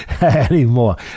anymore